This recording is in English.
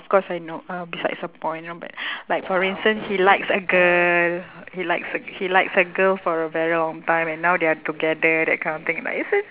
course I know uh besides the point like like for instance he likes a girl he likes a he likes a girl for a very long time and now they're together that kind of thing like it's just